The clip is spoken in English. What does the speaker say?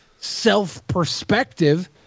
self-perspective